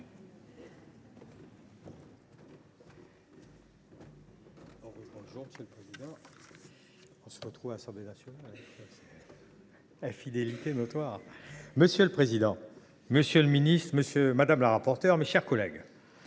Monsieur le président, monsieur le ministre, madame la rapporteure, mes chers collègues,